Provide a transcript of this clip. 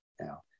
now